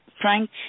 Frank